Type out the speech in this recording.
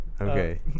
Okay